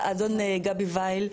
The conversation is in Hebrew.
-- גבי וייל,